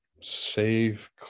Save